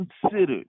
considered